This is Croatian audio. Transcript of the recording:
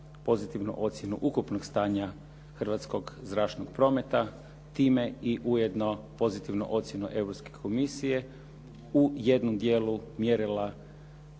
pozitivnu ocjenu ukupnog stanja hrvatskog zračnog prometa, time i ujedno pozitivnom ocjenom Europske komisije u jednom dijelu mjerila